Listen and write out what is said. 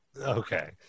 Okay